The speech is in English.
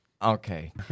Okay